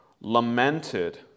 lamented